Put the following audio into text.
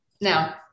Now